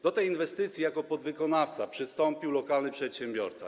Do tej inwestycji jako podwykonawca przystąpił lokalny przedsiębiorca.